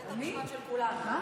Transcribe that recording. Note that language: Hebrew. בית המשפט של כולנו.